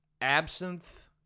Absinthe